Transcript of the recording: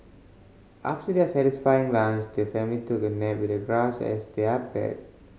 after their satisfying lunch the family took a nap with the grass as their bed